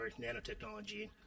nanotechnology